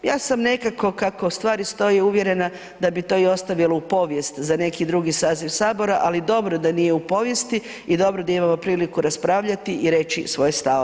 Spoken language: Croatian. Ja sam nekako kako stvari stoje uvjerena da bi to i ostavilo u povijest za neki drugi saziv Sabora, ali dobro da nije u povijesti i dobro da imamo priliku raspravljati i reći svoje stavove.